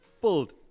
filled